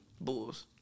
Bulls